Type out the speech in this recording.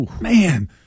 Man